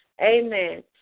Amen